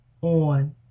on